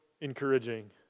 encouraging